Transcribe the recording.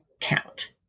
count